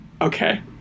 Okay